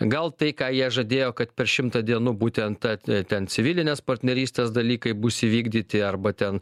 gal tai ką jie žadėjo kad per šimtą dienų būtent ta ten civilinės partnerystės dalykai bus įvykdyti arba ten